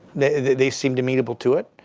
they seemed amenable to it.